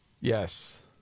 Yes